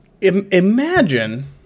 imagine